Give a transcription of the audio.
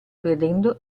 credendo